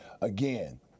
Again